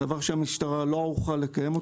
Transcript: זה דבר שהמשטרה לא ערוכה לקיים,